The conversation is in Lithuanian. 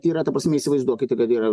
yra ta prasme įsivaizduokit kad yra